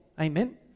Amen